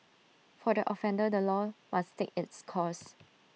for the offender the law must take its course